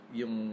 yung